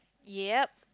yep